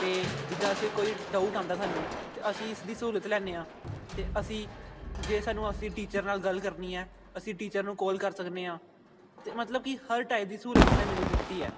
ਅਤੇ ਜਿੱਦਾਂ ਅਸੀਂ ਕੋਈ ਡਾਊਟ ਆਉਂਦਾ ਸਾਨੂੰ ਤਾਂ ਅਸੀਂ ਇਸ ਦੀ ਸਹੂਲਤ ਲੈਂਦੇ ਹਾਂ ਅਤੇ ਅਸੀਂ ਜੇ ਸਾਨੂੰ ਅਸੀਂ ਟੀਚਰ ਨਾਲ ਗੱਲ ਕਰਨੀ ਆ ਅਸੀਂ ਟੀਚਰ ਨੂੰ ਕੌਲ ਕਰ ਸਕਦੇ ਹਾਂ ਅਤੇ ਮਤਲਬ ਕਿ ਹਰ ਟਾਈਪ ਦੀ ਸਹੂਲਤ ਇਸਨੇ ਮੈਨੂੰ ਦਿੱਤੀ ਹੈ